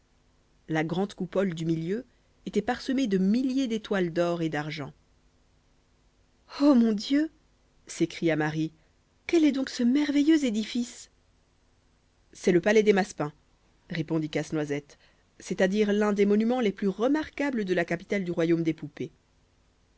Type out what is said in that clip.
la grande coupole du milieu était parsemée de milliers d'étoiles d'or et d'argent oh mon dieu s'écria marie quel est donc ce merveilleux édifice c'est le palais des massepains répondit casse noisette c'est-à-dire l'un des monuments les plus remarquables de la capitale du royaume des poupées